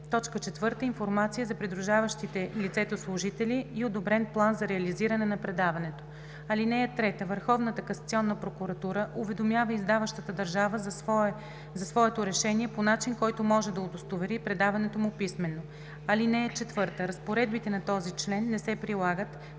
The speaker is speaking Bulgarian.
по чл. 26; 4. информация за придружаващите лицето служители и одобрен план за реализиране на предаването. (3) Върховната касационна прокуратура уведомява издаващата държава за своето решение по начин, който може да удостовери предаването му писмено. (4) Разпоредбите на този член не се прилагат